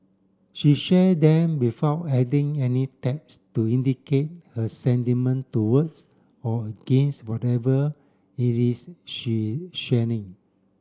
she share them without adding any text to indicate her sentiment towards or against whatever it is she sharing